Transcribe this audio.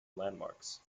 landmarks